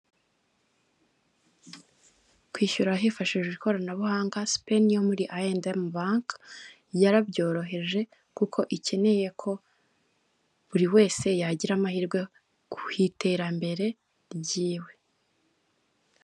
Kwishyura hifashijwe ikoranabuhanga sipeni yo muri ayi endi emu banke, yarabyoroheje kuko ikeneye ko buri wese yagira amahirwe ku iterambere ry'iwe.